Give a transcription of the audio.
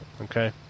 Okay